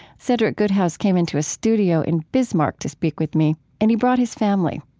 cedric good house came into a studio in bismarck to speak with me. and he brought his family.